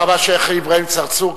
תודה רבה, שיח' אברהים צרצור.